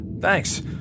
thanks